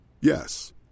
Yes